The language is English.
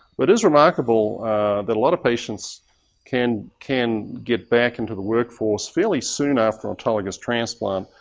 but it is remarkable that a lot of patients can can get back into the workforce fairly soon after autologous transplant.